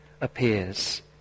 appears